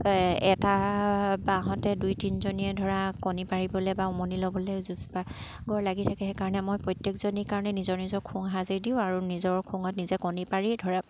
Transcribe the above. এটা বাহতে দুই তিনিজনীয়ে ধৰা কণী পাৰিবলৈ বা উমনি ল'বলৈ যুঁজ বাগৰ লাগি থাকে সেইকাৰণে মই প্ৰত্যেকজনীৰ কাৰণে নিজৰ নিজৰ খোং সাজি দিওঁ আৰু নিজৰ খোঙত নিজে কণী পাৰি ধৰা